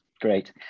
Great